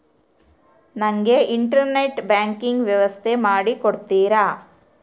ನನಗೆ internet banking ವ್ಯವಸ್ಥೆ ಮಾಡಿ ಕೊಡ್ತೇರಾ?